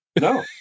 no